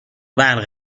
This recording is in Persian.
برق